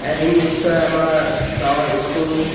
এদিন নিশ্চয় আমাৰ গাঁৱৰ স্কুল